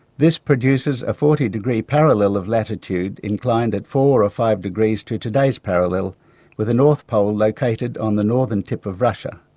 this produces a forty degree parallel of latitude inclined at four or five degrees to today's parallel with the north pole located on the northern tip of russia.